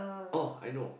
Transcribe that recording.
oh I know